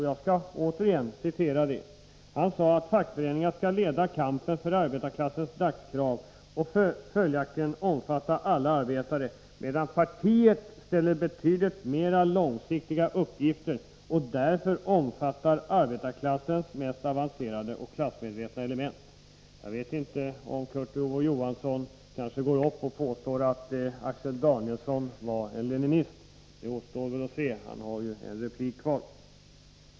Jag skall återigen citera honom: ”Fackföreningarna skall leda kampen för arbetarklassens dagskrav och följaktligen omfatta alla arbetare, medan partiet ställer betydligt mera långsiktiga uppgifter och därför omfattar arbetarklassens mest avancerade och klassmedvetna element.” Jag vet inte om Kurt Ove Johansson nu kommer att gå upp och påstå att Axel Danielsson var leninist — det återstår att se, eftersom han har en replik kvar.